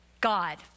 God